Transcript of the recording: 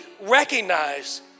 recognize